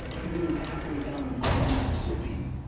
canoed halfway down the mighty mississippi,